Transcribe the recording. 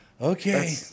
okay